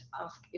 ask